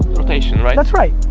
rotation, right? that's right.